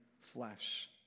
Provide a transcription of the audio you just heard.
flesh